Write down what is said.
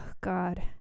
god